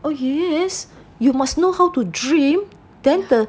oh yes you must know how to dream then the